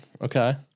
Okay